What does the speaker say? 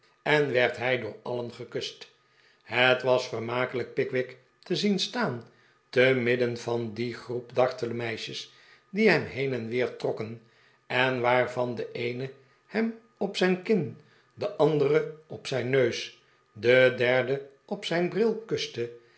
en werd hij door alien gekust het was vermakelijk pickwick te zien staan te midden van die groep dartele meisjes die hem heen en weer trokken en waarvan de eene hem op zijn kin de andere op zijn neus de derde op zijn bril kuste